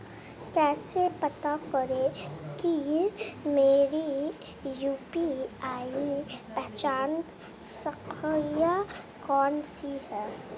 कैसे पता करें कि मेरी यू.पी.आई पहचान संख्या कौनसी है?